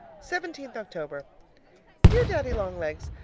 seventeenth october dear daddy-long-legs,